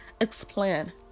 explain